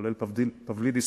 גם פבלידיס,